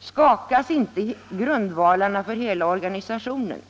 Skakas inte grundvalarna för hela organisationen?